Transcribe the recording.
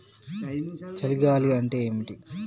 చలి గాలి అంటే ఏమిటి?